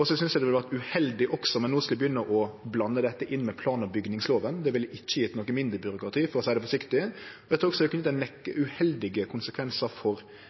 Så synest eg også det ville vore uheldig om ein no skulle begynne å blande dette inn med plan- og bygningsloven. Det ville ikkje gjeve noko mindre byråkrati, for å seie det forsiktig. Eg trur også det vil kunne få ei rekkje uheldige konsekvensar for